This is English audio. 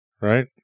right